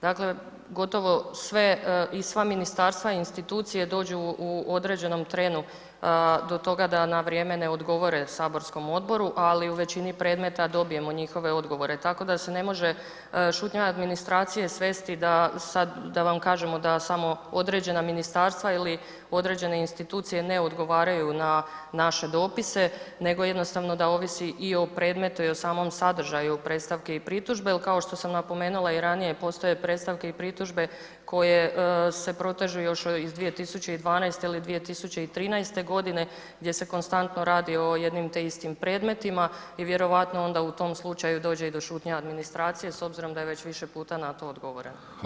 Dakle, gotovo sve i sva ministarstva i institucije dođu u određenom trenu do toga da na vrijeme ne odgovore saborskom odboru, ali u većini predmeta dobijemo njihove odgovore, tako da se ne može šutnja administracije svesti da sad da vam kažemo da samo određena ministarstva ili određene institucije ne odgovaraju na naše dopise nego jednostavno da ovisi i o predmetu i o samom sadržaju predstavke i pritužbe jel kao što sam napomenula i ranije postoje predstavke i pritužbe koje se protežu još iz 2012. ili 2013.g. gdje se konstantno radi o jednim te istim predmetima i vjerojatno onda u tom slučaju dođe i do šutnje administracije s obzirom da je već više puta na to odgovoreno.